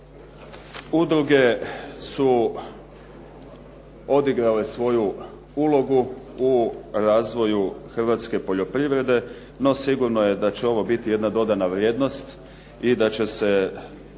Udruge su odigrale svoju ulogu u razvoju hrvatske poljoprivrede, no sigurno je da će ovo biti jedna dodana vrijednost i da će se